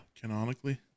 Canonically